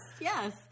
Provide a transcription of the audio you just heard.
yes